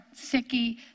sicky